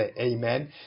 Amen